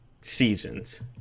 seasons